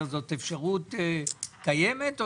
זאת אפשרות קיימת?